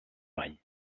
bany